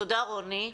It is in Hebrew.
תודה, רוני.